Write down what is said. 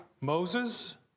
Moses